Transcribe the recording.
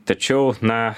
tačiau na